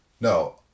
no